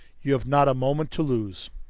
you have not a moment to lose.